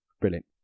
brilliant